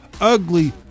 Ugly